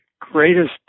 greatest